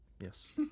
Yes